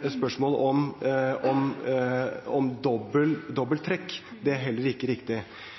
et spørsmål her om dobbelt trekk. Det er heller ikke riktig.